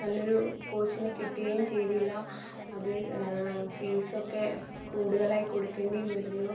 നല്ലൊരു കോച്ചിനെ കിട്ടേംചെയ്തില്ല അത് ഫീസൊക്കെ കൂടുതലായ് കൊടുക്കേണ്ടിയും വരുന്നു